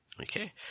Okay